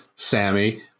Sammy